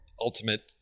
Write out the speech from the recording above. ultimate